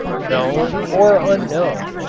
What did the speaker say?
known or unknown,